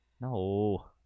No